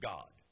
God